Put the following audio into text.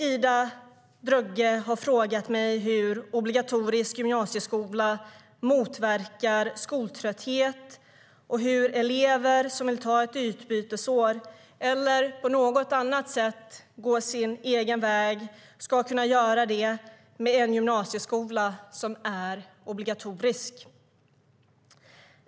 Ida Drougge har frågat mig hur obligatorisk gymnasieskola motverkar skoltrötthet och hur elever som vill ta ett utbytesår eller på annat sätt gå sin egen väg ska kunna göra det med en gymnasieskola som är obligatorisk.